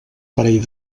parell